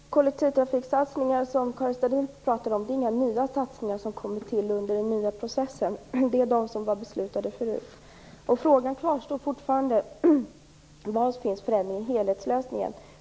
Herr talman! De kollektivtrafiksatsningar som Karin Starrin talar om är inte nya som tillkommit under den nya processen, utan de var beslutade förut. Frågan kvarstår fortfarande: Var finns helhetslösningen?